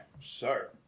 sir